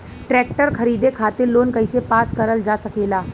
Tractor खरीदे खातीर loan कइसे पास करल जा सकेला?